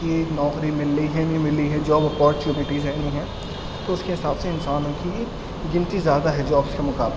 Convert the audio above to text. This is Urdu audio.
کہ نوکری مل رہی ہے نہیں مل رہی ہے جاب اپورچنٹیز ہیں نہیں ہیں تو اس کے حساب سے انسانوں کی گنتی زیادہ ہے جابس کے مقابلے میں